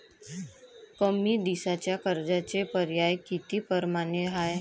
कमी दिसाच्या कर्जाचे पर्याय किती परमाने हाय?